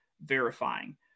verifying